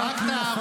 תני לשר להמשיך.